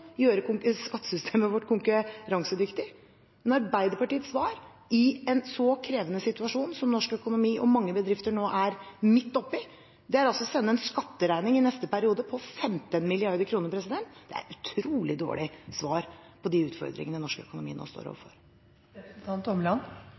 skattesystemet vårt konkurransedyktig. Men Arbeiderpartiets svar i en så krevende situasjon som norsk økonomi og mange bedrifter nå er midt oppe i, er å sende en skatteregning i neste periode på 15 mrd. kr. Det er et utrolig dårlig svar på de utfordringene norsk økonomi nå står